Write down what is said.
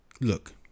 look